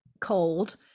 cold